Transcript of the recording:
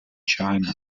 china